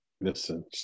Listen